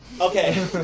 Okay